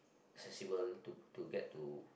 accessible to to get to